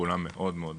וכולם מאוד מאוד בעד,